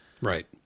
Right